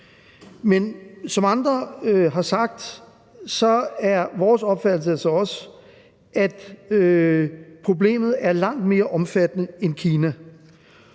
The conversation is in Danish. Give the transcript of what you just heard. men som andre har sagt, er vores opfattelse altså også, at problemet omfatter langt mere end Kina.